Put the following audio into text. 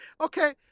Okay